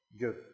Good